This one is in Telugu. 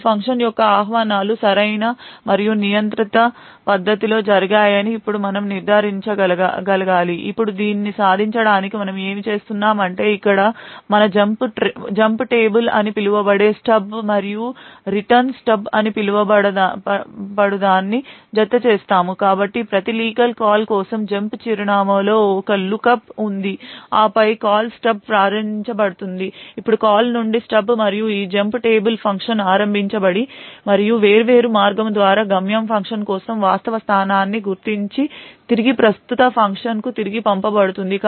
ఈ ఫంక్షన్ యొక్క ఆహ్వానాలు సరైన మరియు నియంత్రిత పద్ధతిలో జరిగాయని ఇప్పుడు మనము నిర్ధారించగలగాలి ఇప్పుడు దీనిని సాధించడానికి మనము ఏమి చేస్తున్నామంటే ఇక్కడ మనము జంప్ టేబుల్ అని పిలువబడు స్టబ్ మరియు రిటర్న్ స్టబ్ అని పిలువబడు దాన్ని జతచేస్తాము కాబట్టి ప్రతి లీగల్ కాల్ కోసం జంప్ చిరునామాలో ఒక లుక్అప్ ఉంది ఆపై కాల్ స్టబ్ ప్రారంభించ బడుతుంది ఇప్పుడు కాల్నుండి స్టబ్ మరియు ఈ జంప్ టేబుల్ ఫంక్షన్ ఆరంభించబడి మరియు వేరే మార్గము ద్వారా గమ్యం ఫంక్షన్ కోసం వాస్తవ స్థానాన్ని గుర్తించి తిరిగి ప్రస్తుత ఫంక్షన్కు తిరిగి పంపబడుతుంది